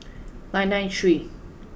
nine nine three